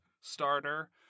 starter